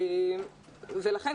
לכן,